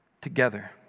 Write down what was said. Together